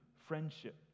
friendship